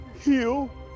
heal